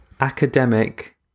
academic